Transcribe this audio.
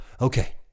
Okay